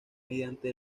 mediante